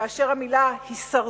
כאשר המלה הישרדות